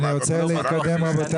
אני רוצה להתקדם, רבותיי.